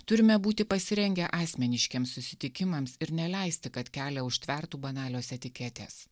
turime būti pasirengę asmeniškiems susitikimams ir neleisti kad kelią užtvertų banalios etiketės